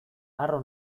harro